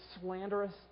slanderous